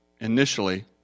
initially